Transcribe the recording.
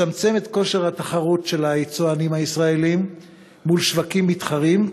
מצמצם את כושר התחרות של היצואנים הישראלים מול שווקים מתחרים,